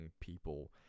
people